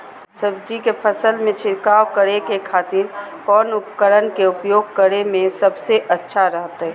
सब्जी के फसल में छिड़काव करे के खातिर कौन उपकरण के उपयोग करें में सबसे अच्छा रहतय?